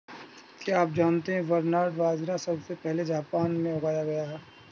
क्या आप जानते है बरनार्ड बाजरा सबसे पहले जापान में उगाया गया